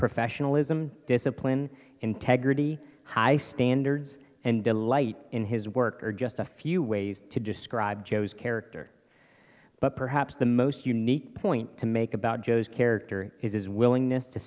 professionalism discipline integrity high standards and delight in his work are just a few ways to describe joe's character but perhaps the most unique point to make about joe's character is his willingness to